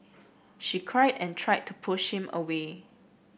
she cried and tried to push him away